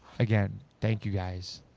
again, thank you guys.